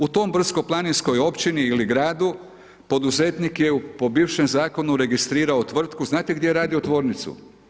U tom brdsko-planinskoj općini ili gradu poduzetnik je po bivšem zakonu registrirao tvrtku, znate di je radio tvornicu?